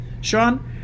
Sean